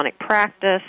practice